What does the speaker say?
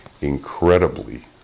incredibly